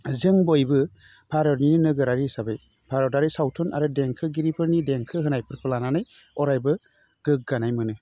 जों बयबो भारतनि नोगोरारि हिसाबै भारतनि सावथुन आरो देंखोगिरिफोरनि देंखो होनायफोरखौ लानानै अरायबो गोग्गानाय मोनो